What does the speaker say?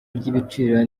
ry’ibiciro